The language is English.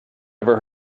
ever